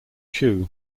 chu